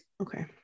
Okay